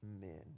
men